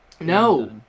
No